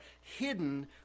hidden